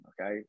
okay